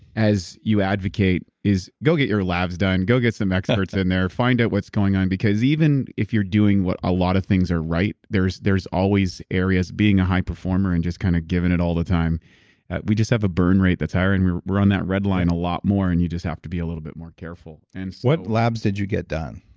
as you advocate advocate is go get your labs done. go get some experts in there. find out what's going on because even if you're doing what a lot of things are right, there's there's always areas being a high performer and just kind of giving it all the time we just have a burn rate that's higher and we're we're on that redline a lot more and you just have to be a little bit more careful and what labs did you get done?